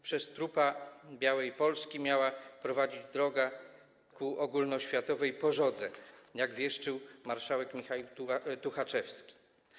Przez trupa białej Polski miała prowadzić droga ku ogólnoświatowej pożodze, jak wieszczył marszałek Michaił Tuchaczewski.